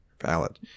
valid